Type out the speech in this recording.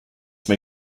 may